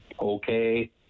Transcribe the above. okay